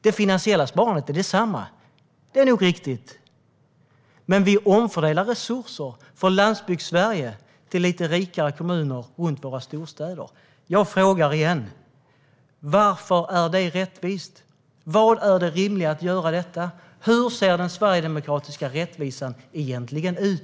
Det finansiella sparandet är nog detsamma, men vi omfördelar resurser från Landsbygdssverige till lite rikare kommuner runt våra storstäder. Jag frågar igen: Varför är detta rättvist? Var är det rimliga i att göra detta? Hur ser den sverigedemokratiska rättvisan egentligen ut?